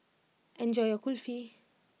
enjoy your Kulfi